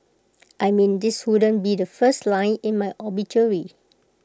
I mean this wouldn't be the first line in my obituary